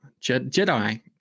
Jedi